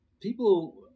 People